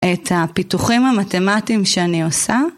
את הפיתוחים המתמטיים שאני עושה.